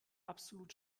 absolut